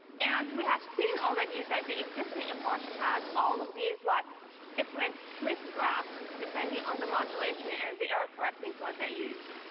and we have seen, already, that the existing approach has all of these like different cliff graphs, depending on the modulation and the error-correcting code that you use.